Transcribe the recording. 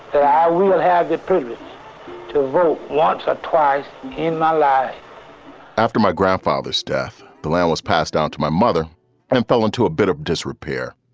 i will have to vote once or twice in my life after my grandfather's death bland was passed on to my mother and fell into a bit of disrepair.